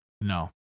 No